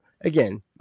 again